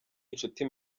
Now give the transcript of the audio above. inshuti